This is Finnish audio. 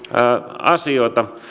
asioita